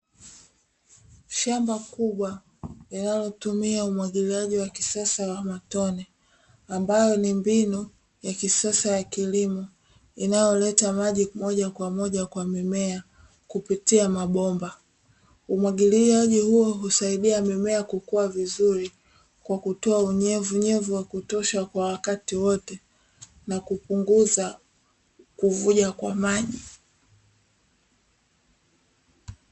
Shamba kubwa linalotumia umwagiliaji wa kisasa wa matone ambayo ni mbinu ya kisasa ya kilimo inayoleta maji moja kwa moja kwa mimea kupitia mabomba. Umwagiliaji huo husaidia mimea kukua vizuri kwa kutoa unyevunyevu wa kutosha kwa wakati wote na kupunguza kuvuja kwa maji.